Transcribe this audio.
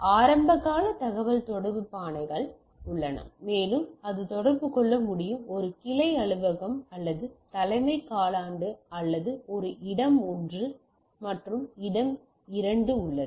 ஆரம்பகால தகவல்தொடர்பு பானைகள் உள்ளன மேலும் அது தொடர்பு கொள்ள முடியும் ஒரு கிளை அலுவலகம் அல்லது தலைமை காலாண்டு அல்லது ஒரு இடம் 1 மற்றும் இருப்பிடம் 2 உள்ளது